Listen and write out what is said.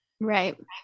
Right